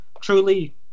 truly